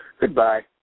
Goodbye